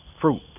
fruit